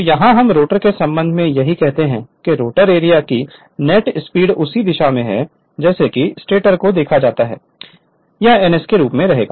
तो यहाँ हम रोटर के संबंध में यही कहते हैं कि रोटर एरिया की नेट स्पीड उसी दिशा में है जैसा कि स्टेटर से देखा जाता है यह ns के रूप में रहेगा